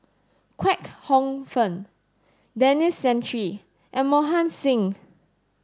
Kwek Hong Png Denis Santry and Mohan Singh